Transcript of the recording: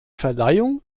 verleihung